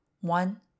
One